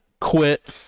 quit